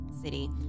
city